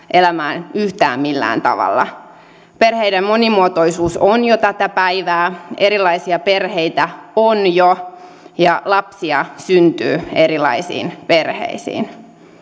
elämää yhtään millään tavalla perheiden monimuotoisuus on jo tätä päivää erilaisia perheitä on jo ja lapsia syntyy erilaisiin perheisiin